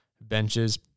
benches